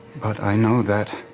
but i know that